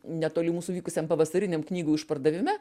netoli mūsų vykusiam pavasariniam knygų išpardavime